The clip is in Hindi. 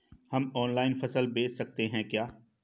हम ऑनलाइन फसल बेच सकते हैं क्या?